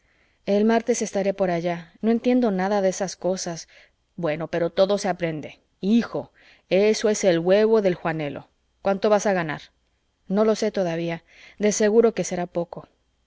el martes estaré por allá no entiendo nada de esas cosas bueno pero todo se aprende hijo eso es el huevo de juanelo cuánto vas a ganar no lo sé todavía de seguro que será poco